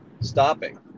stopping